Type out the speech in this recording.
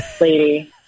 lady